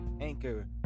anchor